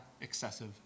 excessive